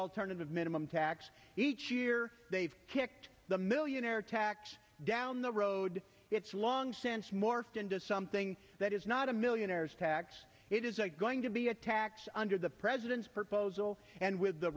alternative minimum tax each year they've kicked the millionaire tax down the road it's long since morphed into something that is not a millionaire's tax it isn't going to be a tax under the president's proposal and with the